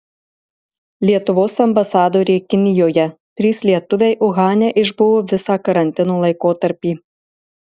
lietuvos ambasadorė kinijoje trys lietuviai uhane išbuvo visą karantino laikotarpį